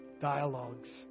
dialogues